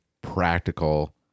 practical